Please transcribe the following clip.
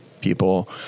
people